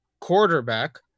quarterback